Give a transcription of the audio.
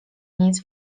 nic